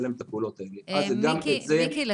מיקי,